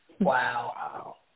Wow